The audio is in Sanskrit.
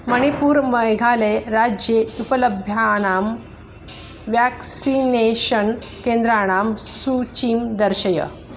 मणिपूर् मेघालये राज्ये उपलभ्यानां व्याक्सिनेषन् केन्द्राणां सूचीं दर्शय